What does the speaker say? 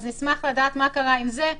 אז נשמח לדעת מה קרה עם זה.